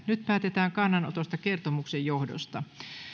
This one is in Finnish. nyt päätetään kannanotosta kertomuksen johdosta